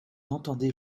entendait